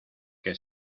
que